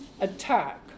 attack